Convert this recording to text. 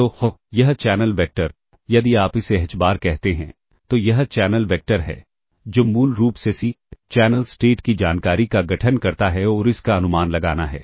तो यह channel vector यदि आप इसे H बार कहते हैं तो यह चैनल वेक्टर है जो मूल रूप से CSI चैनल स्टेट की जानकारी का गठन करता है और इसका अनुमान लगाना है